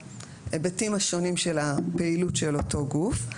ההיבטים השונים של הפעילות של אותו גוף.